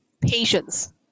patience